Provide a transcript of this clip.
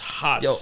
hot